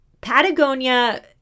Patagonia